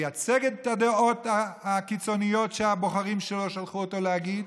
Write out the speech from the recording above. לייצג את הדעות הקיצוניות שהבוחרים שלו שלחו אותו להגיד